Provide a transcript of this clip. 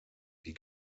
die